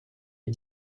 est